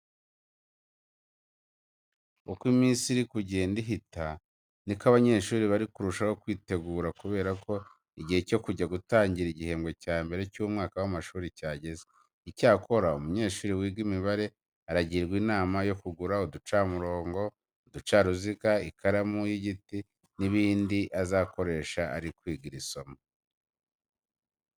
Uko iminsi iri kugenda ihita ni ko abanyeshuri bari kurushaho kwitegura kubera ko igihe cyo kujya gutangira igihembwe cya mbere cy'umwaka w'amashuri cyageze. Icyakora umunyeshuri wiga imibare arajyirwa inama yo kugura uducamurongo, uducaruziga, ikaramu y'igiti n'ibindi azakoresha ari kwiga iri somo.